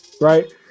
right